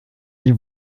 die